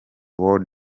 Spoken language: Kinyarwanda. world